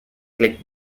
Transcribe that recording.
click